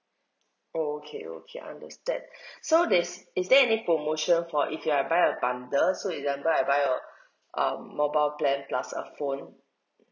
okay okay understand so there's is there any promotion for if I buy a bundle so example I buy your um mobile plan plus a phone